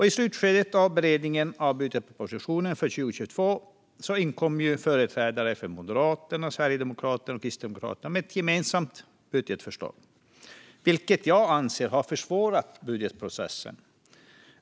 I slutskedet av beredningen av budgetpropositionen för 2022 inkom företrädare för Moderaterna, Sverigedemokraterna och Kristdemokraterna med ett gemensamt budgetförslag, vilket jag anser har försvårat budgetprocessen.